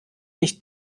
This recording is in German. nicht